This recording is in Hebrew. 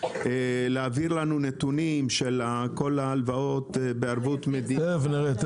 להעביר לנו נתונים של כל ההלוואות בערבות מדינית --- תכף נראה.